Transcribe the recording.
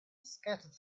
scattered